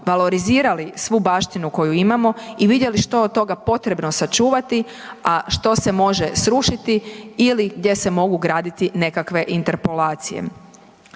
valorizirali svu baštinu koju imamo i vidjeli što je od toga potrebno sačuvati, a što se može srušiti ili gdje se mogu graditi nekakve interpolacije.